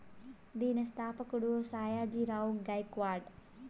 దీని స్థాపకుడు సాయాజీ రావ్ గైక్వాడ్